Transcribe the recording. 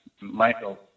Michael